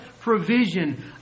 provision